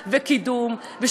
מהבשלה וקידום.